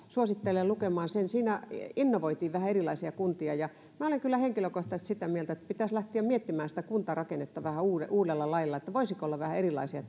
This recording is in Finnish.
suosittelen lukemaan sen siinä innovoitiin vähän erilaisia kuntia ja minä olen kyllä henkilökohtaisesti sitä mieltä että pitäisi lähteä miettimään sitä kuntarakennetta vähän uudella lailla että voisiko olla vähän erilaisia